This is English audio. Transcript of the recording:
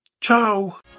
Ciao